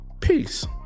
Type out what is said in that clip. peace